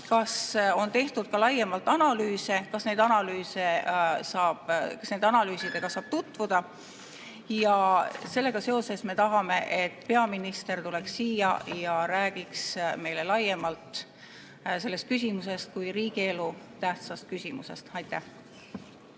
kas on tehtud ka laiemalt analüüse? Kas nende analüüsidega saab tutvuda? Sellega seoses me tahame, et peaminister tuleks siia ja räägiks meile laiemalt sellest küsimusest kui riigi elutähtsast küsimusest. Aitäh!